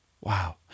Wow